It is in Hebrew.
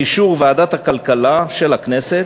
באישור ועדת הכלכלה של הכנסת,